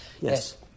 Yes